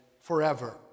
forever